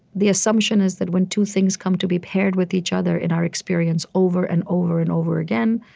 the assumption is that when two things come to be paired with each other in our experience over, and over, and over again,